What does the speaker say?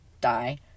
die